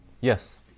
Yes